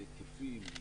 בהיקפים,